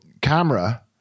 camera